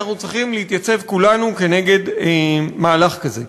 אנחנו צריכים להתייצב כולנו נגד מהלך כזה.